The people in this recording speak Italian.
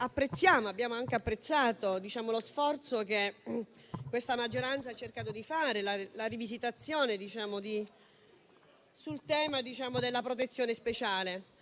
abbiamo apprezzato lo sforzo che questa maggioranza ha cercato di fare, con la rivisitazione del tema della protezione speciale.